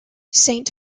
saint